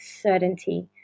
certainty